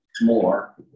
more